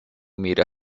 media